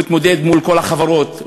מתמודד מול כל החברות,